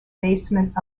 basement